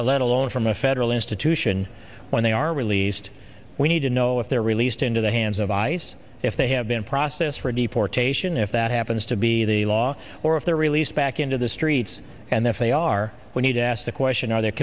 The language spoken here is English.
let alone from a federal institution when they are released we need to know if they're released into the hands of ice if they have been processed for deportation if that happens to be the law or if they're released back into the streets and if they are we need to ask the question are the